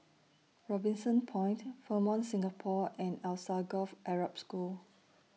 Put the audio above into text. Robinson Point Fairmont Singapore and Alsagoff Arab School